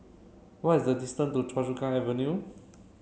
what is the distance to Choa Chu Kang Avenue